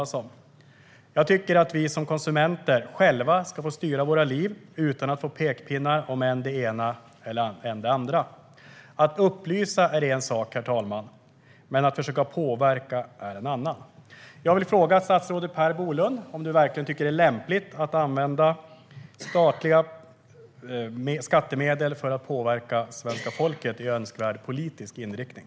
Jag tycker att vi som konsumenter själva ska få styra våra liv utan att få pekpinnar om än det ena, än det andra. Att upplysa är en sak, herr talman. Att försöka påverka är en annan. Jag vill fråga statsrådet Per Bolund om han verkligen tycker att det är lämpligt att använda statliga skattemedel för att påverka svenska folket i önskvärd politisk riktning.